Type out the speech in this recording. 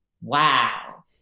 wow